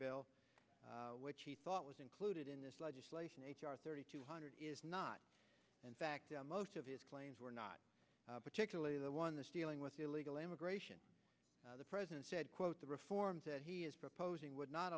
bill which he thought was included in this legislation h r thirty two hundred is not in fact most of his claims were not particularly the one that's dealing with illegal immigration the president said quote the reforms that he is proposing would not